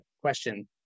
question